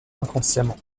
inconsciemment